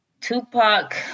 Tupac